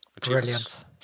Brilliant